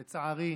לצערי,